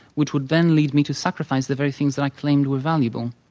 which would then lead me to sacrifice the very things that i claimed were valuable.